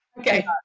Okay